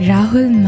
Rahul